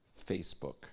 Facebook